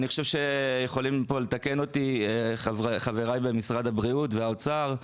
אני חושב שיכולים לתקן אותי חבריי במשרד הבריאות והאוצר,